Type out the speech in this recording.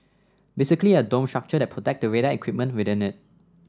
basically a dome structure that protects the radar equipment within it